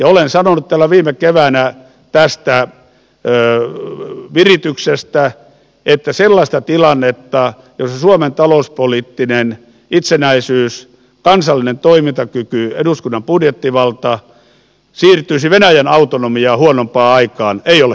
olen sanonut täällä viime keväänä tästä virityksestä että sellaista tilannetta jossa suomen talouspoliittinen itsenäisyys kansallinen toimintakyky eduskunnan budjettivalta siirtyisi venäjän autonomiaa huonompaan aikaan ei ole hyväksyttävissä